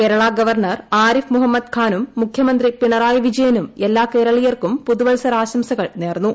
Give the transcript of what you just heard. Kerala governor Arif Muhammad ഖാനും ് മുഖ്യമന്ത്രി പിണറായി വിജയനും എല്ലാ കേരളീയർക്കും പുതുവത്പൂർത്ത്സംശകൾ നേർന്നു